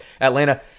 Atlanta